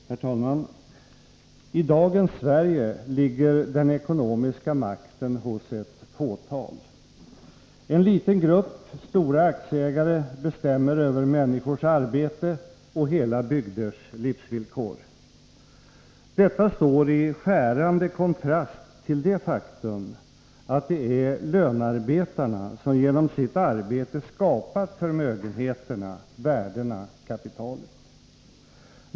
Herr talman! I dagens Sverige ligger den ekonomiska makten hos ett fåtal. En liten grupp stora aktieägare bestämmer över människors arbete och hela bygders livsvillkor. Detta står i skärande kontrast till det faktum att det är lönarbetarna som genom sitt arbete skapat förmögenheterna, värdena, kapitalet.